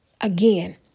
Again